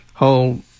whole